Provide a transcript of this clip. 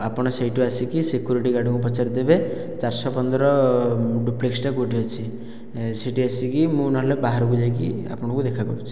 ଆପଣ ସେଇଠୁ ଆସିକି ସିକୁରିଟି ଗାର୍ଡ଼ଙ୍କୁ ପଚାରି ଦେବେ ଚାରିଶହ ପନ୍ଦର ଡୁପ୍ଲେକ୍ସଟା କେଉଁଠି ଅଛି ସେଇଠି ଆସିକି ମୁଁ ନ ହେଲେ ବାହାରକୁ ଯାଇକି ଆପଣଙ୍କୁ ଦେଖା କରୁଛି